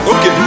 Okay